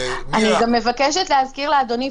אני גם מבקשת להזכיר לאדוני,